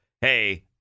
hey